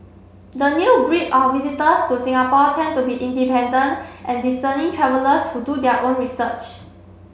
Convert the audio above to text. the new breed of visitors to Singapore tend to be independent and discerning travellers who do their own research